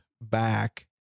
back